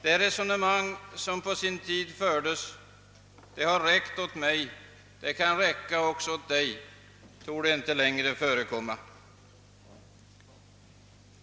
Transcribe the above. Det resonemang som på sin tid fördes: »Det har räckt åt mig, det kan räcka också åt dig», torde inte längre förekomma.